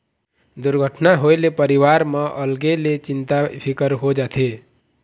दुरघटना होए ले परिवार म अलगे ले चिंता फिकर हो जाथे